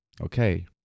Okay